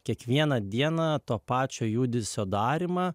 kiekvieną dieną to pačio judesio darymą